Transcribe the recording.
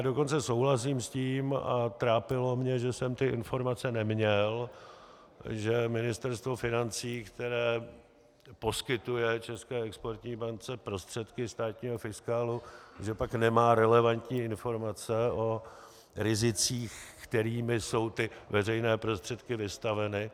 Dokonce souhlasím s tím a trápilo mě, že jsem ty informace neměl, že Ministerstvo financí, které poskytuje České exportní bance prostředky státního fiskálu, pak nemá relevantní informace o rizicích, kterým jsou ty veřejné prostředky vystaveny.